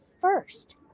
first